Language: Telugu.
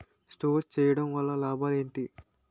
స్టోర్ చేయడం వల్ల లాభాలు ఏంటి?